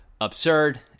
absurd